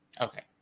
Okay